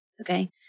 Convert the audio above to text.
okay